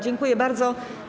Dziękuję bardzo.